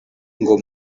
ngo